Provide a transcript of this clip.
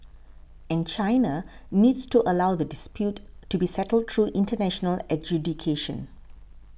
and China needs to allow the dispute to be settled through international adjudication